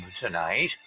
tonight